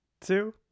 two